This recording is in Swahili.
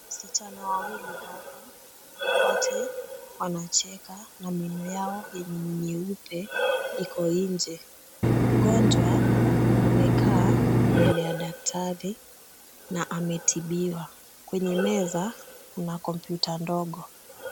Wasichana wawili hapa, wote wanacheka na meno yao yenye ni nyeupe iko nje. Mgonjwa amekaa mbele ya daktari na ametibiwa, kwenye meza kuna kompyuta ndogo.